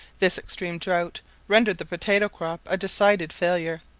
this extreme drought rendered the potatoe-crop a decided failure.